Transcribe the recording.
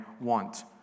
want